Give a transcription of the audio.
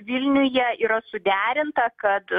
vilniuje yra suderinta kad